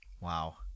Wow